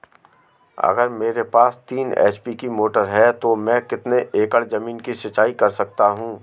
अगर मेरे पास तीन एच.पी की मोटर है तो मैं कितने एकड़ ज़मीन की सिंचाई कर सकता हूँ?